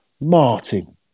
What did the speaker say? Martin